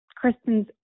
Kristen's